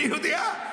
אני יהודייה.